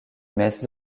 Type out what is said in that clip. messes